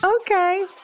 Okay